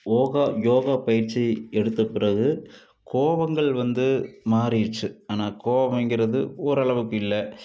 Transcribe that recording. ஓகா யோகா பயிற்சி எடுத்த பிறகு கோபங்கள் வந்து மாறிடிச்சு ஆனால் கோபங்கறது ஒரு அளவுக்கு இல்லை